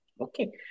Okay